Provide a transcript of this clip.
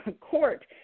court